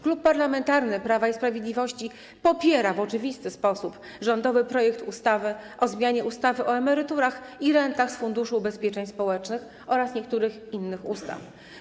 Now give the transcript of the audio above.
Klub Parlamentarny Prawa i Sprawiedliwości popiera w oczywisty sposób rządowy projekt ustawy o zmianie ustawy o emeryturach i rentach z Funduszu Ubezpieczeń Społecznych oraz niektórych innych ustaw.